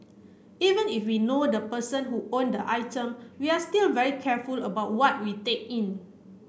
even if we know the person who owned the item we're still very careful about what we take in